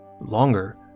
Longer